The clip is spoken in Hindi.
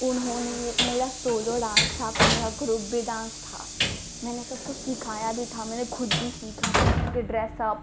उन्होंने मेरा सोलो डान्स था फिर मेरा ग्रुप भी डान्स था मैंने सबको सिखाया भी था मैंने खुद भी सीखा था सबका ड्रेसअप